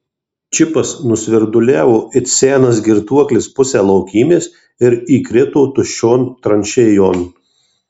čipas nusvirduliavo it senas girtuoklis pusę laukymės ir įkrito tuščion tranšėjon